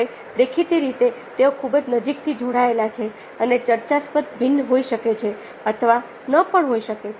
હવે દેખીતી રીતે તેઓ ખૂબ જ નજીકથી જોડાયેલા છે અને ચર્ચાસ્પદ ભિન્ન હોઈ શકે છે અથવા ન પણ હોઈ શકે